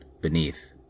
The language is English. beneath